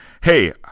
hey